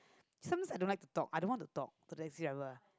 sometimes I don't like to talk I don't want to talk to the taxi driver